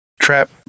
Trap